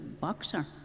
boxer